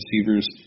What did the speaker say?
receivers